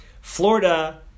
florida